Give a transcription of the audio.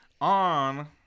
on